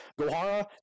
Gohara